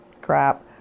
crap